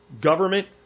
government